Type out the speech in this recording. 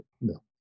No